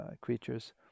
creatures